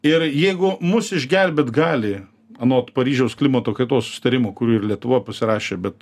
ir jeigu mus išgelbėt gali anot paryžiaus klimato kaitos susitarimo kurį ir lietuva pasirašė bet